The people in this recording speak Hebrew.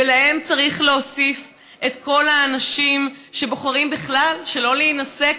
ולהם צריך להוסיף את כל האנשים שבוחרים בכלל שלא להינשא.